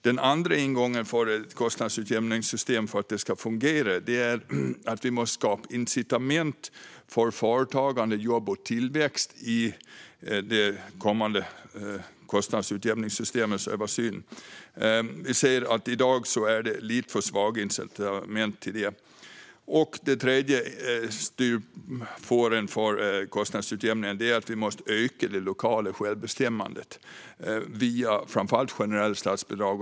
Den andra ingången för att ett kostnadsutjämningssystem ska fungera är att vi måste skapa incitament för företagande, jobb och tillväxt i den kommande översynen av kostnadsutjämningssystemet. I dag är det lite för svaga incitament där. Den tredje ingången för en kostnadsutjämning är att vi måste öka det lokala självbestämmandet, framför allt via generella statsbidrag.